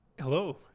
Hello